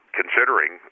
considering